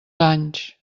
anys